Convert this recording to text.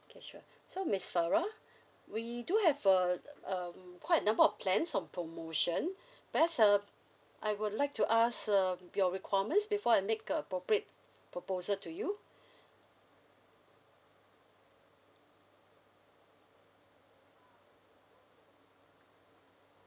okay sure so miss farah we do have a uh um quite a number of plans on promotion perhaps uh I would like to ask um your requirements before I make a appropriate proposal to you